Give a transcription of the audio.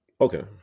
okay